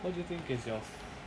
what do you think is your fa~